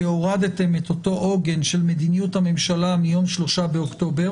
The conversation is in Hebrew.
כי הורדתם את אותו עוגן של מדיניות הממשלה מיום 3 באוקטובר